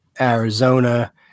Arizona